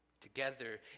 Together